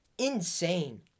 Insane